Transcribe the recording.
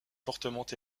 fortement